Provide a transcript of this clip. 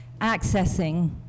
accessing